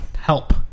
help